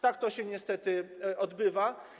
Tak to się niestety odbywa.